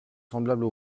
semblables